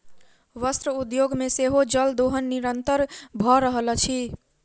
वस्त्र उद्योग मे सेहो जल दोहन निरंतन भ रहल अछि